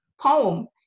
poem